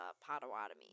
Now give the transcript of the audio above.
Potawatomi